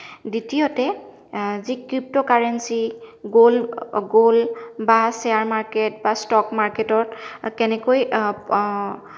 দ্বিতীয়তে যি crypto currency গ'ল গ'ল বা শ্বেয়াৰ মাৰ্কেট বা ষ্টক মাৰ্কেটত কেনেকৈ